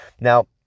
Now